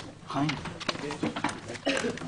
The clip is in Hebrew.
הישיבה ננעלה בשעה 11:35.